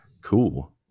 cool